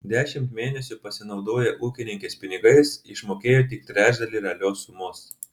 dešimt mėnesių pasinaudoję ūkininkės pinigais išmokėjo tik trečdalį realios sumos